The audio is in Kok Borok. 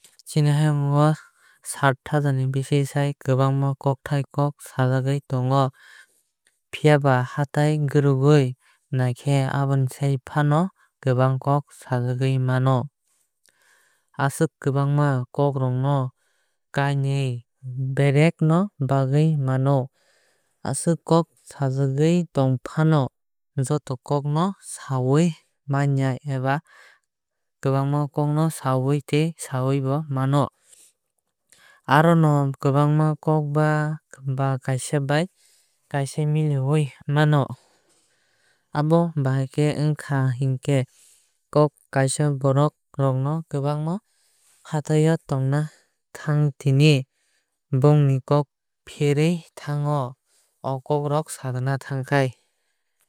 Chini hayung o saat haazar ni sai kwbang kokthai kok sajagwui tongo. Phiyaba hatai gurugwui naikhe aboni sai fano kwbang kok sajagwui mano. Aswk kwbangma kok rok no kainwi bedeg o bagwui mano. Aswk kok sajagwui tongfano joto kok no swyui manya eba kwbangma kok no sawui tei swyui bo mano. Arono kwbangma kok ba kaaisa bai kaaisa mili oi mano. Abo bahai khe ongkha hinkhe kok kaaisa borok rok kwbang ma hatai o tongna thangtini bongni kok pherui thango o kok rok sajakna thangkhai.